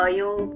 yung